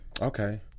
Okay